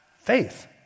faith